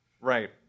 right